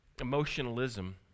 Emotionalism